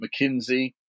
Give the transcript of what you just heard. McKinsey